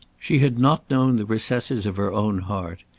she had not known the recesses of her own heart.